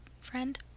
Friend